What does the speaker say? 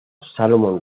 salomón